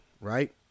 right